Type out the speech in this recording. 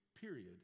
Period